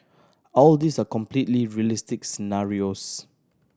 all these are completely realistic scenarios